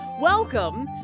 Welcome